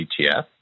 ETF